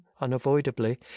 unavoidably